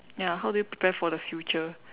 ya how do you prepare for the future